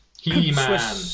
He-Man